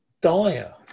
dire